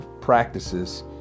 practices